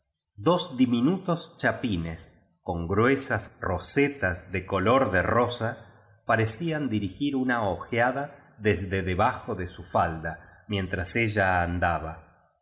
dos diminutos chapines con gruesas rosetas de color de rosa parecían dirigir una ojeada desde debajo de su falda mientras ella andaba